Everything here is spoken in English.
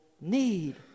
need